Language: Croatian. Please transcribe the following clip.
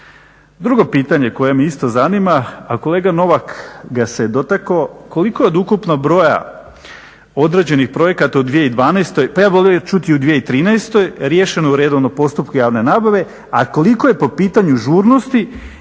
Drugo pitanje koje me isto zanima a kolega Novak se ga se dotakao, koliko od ukupnog broja određenih projekata u 2012.pa ja bih volio čuti i u 2013. riješeno u redovnom postupku javne nabave a koliko je po pitanju žurnosti